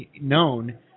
known